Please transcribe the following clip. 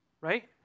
Right